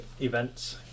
events